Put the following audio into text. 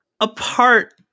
apart